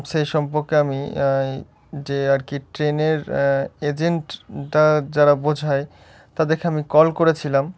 সেই সম্পর্কে আমি যে এই আর কি ট্রেনের এজেন্টটা যারা বোঝায় তাদেরকে আমি কল করেছিলাম